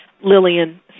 Lillian